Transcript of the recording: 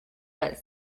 but